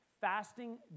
Fasting